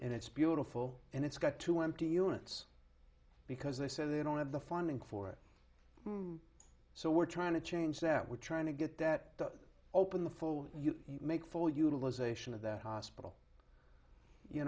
and it's beautiful and it's got two empty units because they said they don't have the funding for it so we're trying to change that we're trying to get that open the full you make full utilization of that hospital you